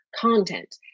content